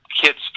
kids